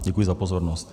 Děkuji za pozornost.